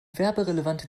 werberelevante